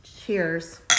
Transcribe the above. Cheers